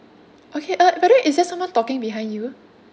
okay uh by the way is there someone talking behind you